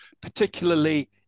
particularly